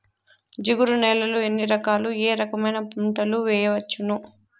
జిగురు నేలలు ఎన్ని రకాలు ఏ రకమైన పంటలు వేయవచ్చును?